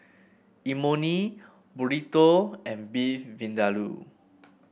Imoni Burrito and Beef Vindaloo